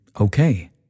okay